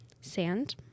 Sand